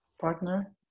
partner